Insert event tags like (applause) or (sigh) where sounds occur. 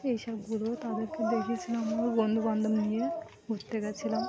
এই সবগুলো তাদেরকে দেখিয়েছিলাম (unintelligible) বন্ধুবান্ধব নিয়ে ঘুরতে গেছিলাম